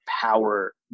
power